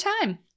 time